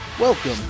Welcome